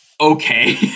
Okay